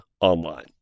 online